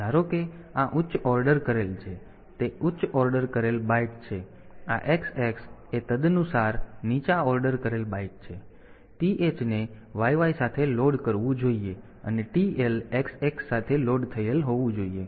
તેથી ધારો કે આ ઉચ્ચ ઓર્ડર કરેલ છે તે ઉચ્ચ ઓર્ડર કરેલ બાઈટ છે આ XX એ તદનુસાર નીચા ઓર્ડર કરેલ બાઈટ છે TH ને YY સાથે લોડ કરવું જોઈએ અને TL XX સાથે લોડ થયેલ હોવું જોઈએ